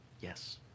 Yes